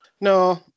No